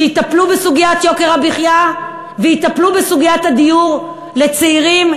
שיטפלו בסוגיית יוקר המחיה ויטפלו בסוגיית הדיור לצעירים,